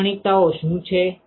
લાક્ષણિકતાઓ શું છે